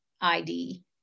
ID